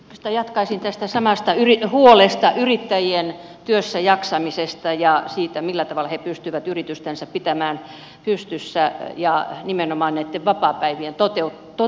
oikeastaan jatkaisin tästä samasta huolesta yrittäjien työssäjaksamisesta ja siitä millä tavalla he pystyvät yritystänsä pitämään pystyssä sekä nimenomaan näitten vapaapäivien toteutumisesta